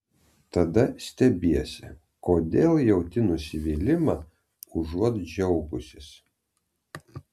tada stebiesi kodėl jauti nusivylimą užuot džiaugusis